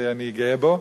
ואני גאה בו,